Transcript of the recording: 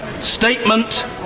Statement